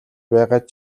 байгаад